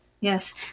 yes